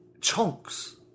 chunks